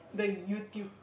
the YouTube